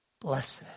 Blessed